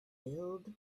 filled